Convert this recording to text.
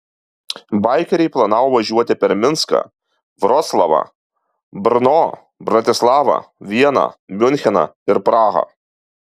baikeriai planavo važiuoti per minską vroclavą brno bratislavą vieną miuncheną ir prahą